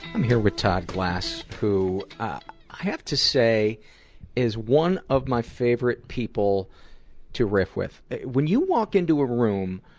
i'm here with todd glass who i have to say is one of my favorite people to riff with. when you walk into a room,